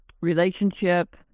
relationship